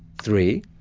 three,